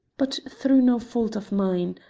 but through no fault of mine.